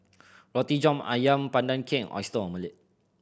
Roti John Ayam Pandan Cake and Oyster Omelette